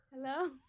Hello